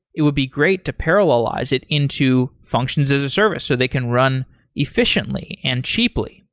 it would be great to parallelize it into functions as a service so they can run efficiently and cheaply.